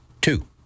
Two